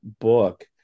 book